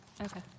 Okay